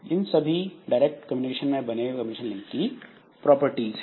यह सभी indirect communication में बने कम्युनिकेशन लिंक की प्रॉपर्टीज है